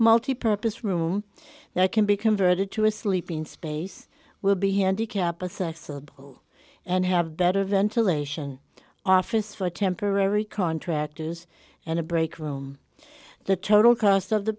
multipurpose room now it can be converted to a sleeping space will be handicapped assessable and have better ventilation office for temporary contractors and a break room the total cost of the